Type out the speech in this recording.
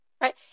Right